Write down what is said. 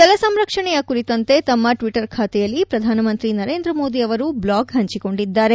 ಜಲ ಸಂರಕ್ಷಣೆಯ ಕುರಿತಂತೆ ತಮ್ಮ ಟ್ವಿಟರ್ ಖಾತೆಯಲ್ಲಿ ಪ್ರಧಾನಮಂತ್ರಿ ನರೇಂದ್ರ ಮೋದಿ ಅವರು ಬ್ಲಾಗ್ ಹಂಚಿಕೊಂಡಿದ್ದಾರೆ